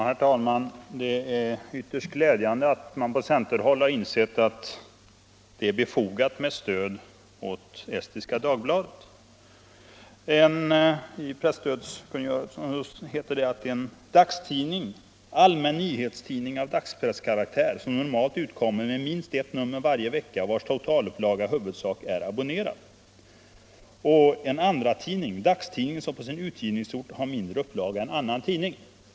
Herr talman! Det är ytterst glädjande att man på centerhåll har insett att det är befogat med stöd åt Estniska Dagbladet. Enligt presstödskungörelsen avses med dagstidning allmän nyhetstidning av dagspresskaraktär, som normalt utkommer med minst ett nummer varje vecka och vars totalupplaga till övervägande del är abonnerad. Med andratidning avses dagstidning som på sin utgivningsort har mindre upplaga än annan tidning.